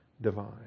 divine